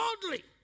boldly